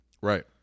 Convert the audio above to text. Right